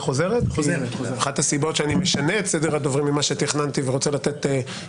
אחת הסיבות שאני משנה את סדר הדוברים ממה שתכננתי ורוצה שאביעד